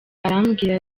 arambwira